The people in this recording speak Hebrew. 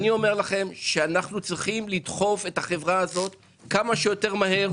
אני אומר לכם שאנחנו צריכים לדחוף את החברה הזאת כמה שיותר מהר.